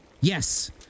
yes